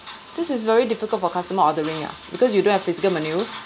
this is very difficult for customer ordering ah because you don't have physical menu